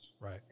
Right